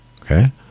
okay